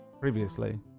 previously